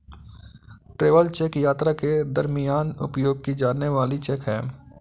travel cheque यात्रा के दरमियान उपयोग की जाने वाली चेक है